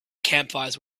campfires